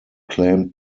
claimed